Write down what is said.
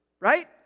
Right